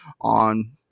on